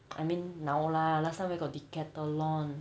I mean now lah last time where got decathlon